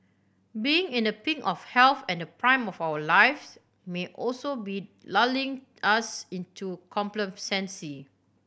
being in the pink of health and the prime of our lives may also be lulling us into complacency